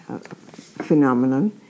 phenomenon